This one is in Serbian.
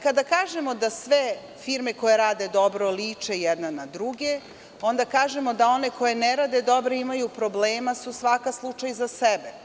Kada kažemo da sve firme koje rade dobro liče jedna na druge, onda kažemo da one koje ne rade dobro imaju problema jer su svaka slučaj za sebe.